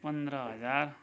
पन्ध्र हजार